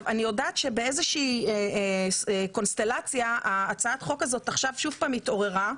אני יודעת שבאיזושהי קונסטלציה הצעת החוק הזאת עכשיו שוב פעם התעוררה.